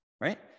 right